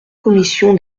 commission